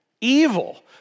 Evil